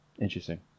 Interesting